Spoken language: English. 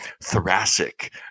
thoracic